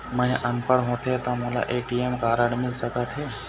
मैं ह अनपढ़ होथे ता मोला ए.टी.एम कारड मिल सका थे?